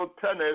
Tennis